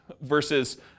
Versus